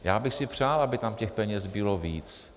Já bych si přál, aby tam těch peněz bylo víc.